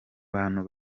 bantu